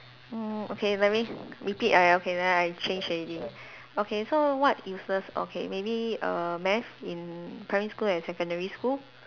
oh okay let me repeat my okay then I change already okay so what useless okay maybe err math in primary school and secondary school